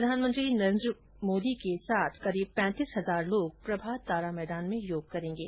प्रधानमंत्री नरेन्द्र मोदी के साथ करीब पैंतीस हजार लोग प्रभात तारा मैदान में योग करेंगे